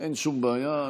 אין שום בעיה.